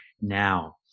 now